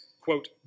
quote